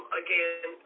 again